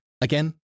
Again